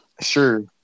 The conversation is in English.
Sure